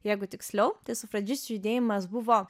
jeigu tiksliau tai sufražisčių judėjimas buvo